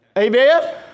Amen